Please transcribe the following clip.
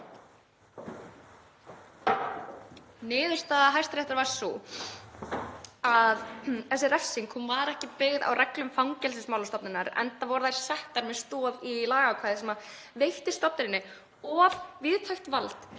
Niðurstaða Hæstaréttar var sú að þessi refsing væri ekki byggð á reglum Fangelsismálastofnunar enda væru þær settar með stoð í lagaákvæði sem veitti stofnuninni of víðtækt vald